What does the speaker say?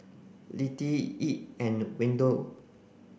Lettie Edd and Wendel